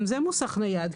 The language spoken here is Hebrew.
גם זה מוסך נייד.